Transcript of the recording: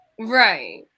Right